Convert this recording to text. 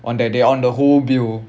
on that they on the whole bill